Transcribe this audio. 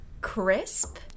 crisp